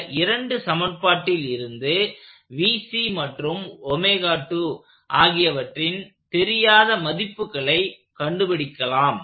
இந்த இரண்டு சமன்பாட்டில் இருந்து மற்றும் போன்றவற்றின் தெரியாத மதிப்புகளை கண்டுபிடிக்கலாம்